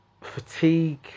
fatigue